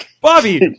bobby